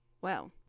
Well